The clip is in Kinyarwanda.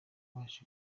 baje